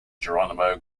geronimo